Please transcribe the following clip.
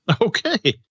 Okay